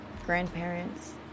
grandparents